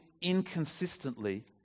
inconsistently